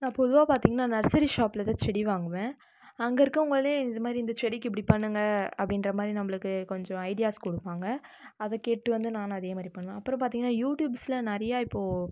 நான் பொதுவாக பார்த்தீங்கன்னா நர்சரி ஷாப்பில் தான் செடி வாங்குவேன் அங்கே இருக்கவங்களே இதுமாதிரி இந்த செடிக்கு இப்படி பண்ணுங்க அப்படின்ற மாதிரி நம்மளுக்கு கொஞ்சம் ஐடியாஸ் கொடுப்பாங்க அதை கேட்டு வந்து நானும் அதேமாதிரி பண்ணுவேன் அப்புறம் பார்த்தீங்கன்னா யூடியூப்ஸில் நிறைய இப்போது